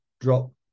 drop